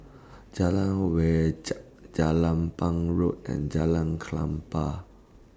Jalan Wajek Jelapang Road and Jalan Klapa